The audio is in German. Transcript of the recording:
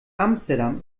amsterdam